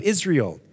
Israel